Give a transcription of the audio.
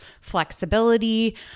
flexibility